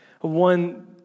One